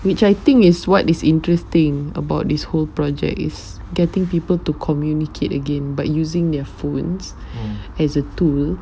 which I think is what is interesting about this whole project is getting people to communicate again but using their phones as a tool